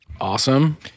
Awesome